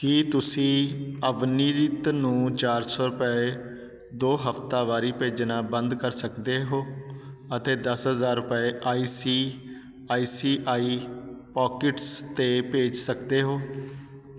ਕੀ ਤੁਸੀਂ ਅਵਨੀਤ ਨੂੰ ਚਾਰ ਸੌ ਰੁਪਏ ਦੋ ਹਫ਼ਤਾਵਾਰੀ ਭੇਜਣਾ ਬੰਦ ਕਰ ਸਕਦੇ ਹੋ ਅਤੇ ਦਸ ਹਜ਼ਾਰ ਰੁਪਏ ਆਈ ਸੀ ਆਈ ਸੀ ਆਈ ਪਾਕਿਟਸ 'ਤੇ ਭੇਜ ਸਕਦੇ ਹੋ